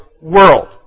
world